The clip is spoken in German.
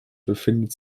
befindet